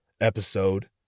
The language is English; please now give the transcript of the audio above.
episode